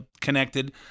connected